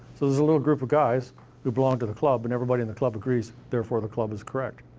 so there's a little group of guys who belong to the club, and everybody in the club agrees, therefore the club is correct.